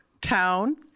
town